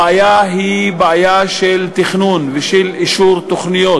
הבעיה היא בעיה של תכנון ושל אישור תוכניות.